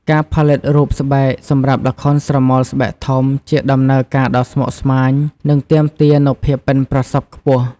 ការផលិតរូបស្បែកសម្រាប់ល្ខោនស្រមោលស្បែកធំជាដំណើរការដ៏ស្មុគស្មាញ និងទាមទារនូវភាពប៉ិនប្រសប់ខ្ពស់។